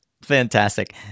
Fantastic